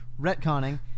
retconning